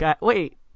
Wait